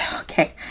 okay